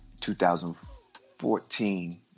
2014